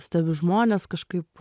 stebiu žmones kažkaip